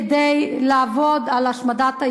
כדי לעבוד על השמדת היהודים.